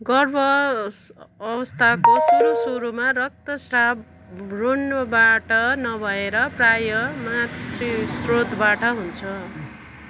गर्भ अवस्थाको सुरु सुरुमा रक्तस्राव भ्रूणबाट नभएर प्रायः मातृ स्रोतबाट हुन्छ